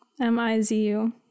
m-i-z-u